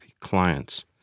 clients